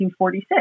1946